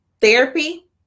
therapy